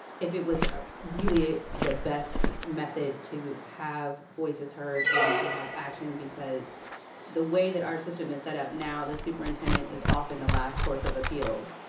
it was ah really the best method to have voices heard and to have action, because the way that our system is set up now, the superintendent is often the last course of appeals.